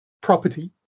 property